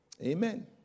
amen